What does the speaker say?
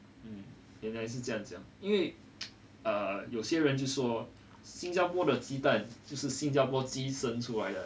um 原来是这样讲因为 err 有些人就说新加坡的鸡蛋就是新加坡的鸡生出来的